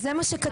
זה מה שכתוב,